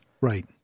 Right